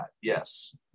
Yes